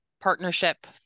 partnership